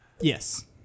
Yes